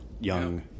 young